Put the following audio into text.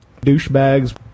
Douchebags